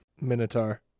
Minotaur